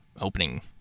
opening